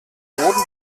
boden